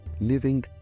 living